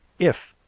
if,